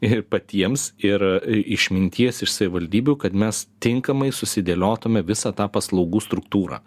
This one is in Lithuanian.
ir patiems ir išminties iš savivaldybių kad mes tinkamai susidėliotume visą tą paslaugų struktūrą